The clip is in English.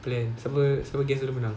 plan siapa siapa guess dulu dia menang